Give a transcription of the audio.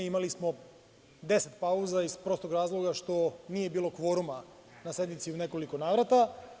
Imali smo 10 pauza, iz prostog razloga što nije bilo kvoruma na sednici u nekoliko navrata.